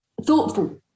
thoughtful